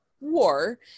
war